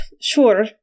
sure